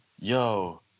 yo